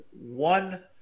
one